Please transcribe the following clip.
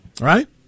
Right